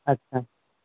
আচ্ছা